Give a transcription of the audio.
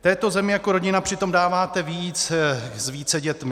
V této zemi jako rodina přitom dáváte víc s více dětmi.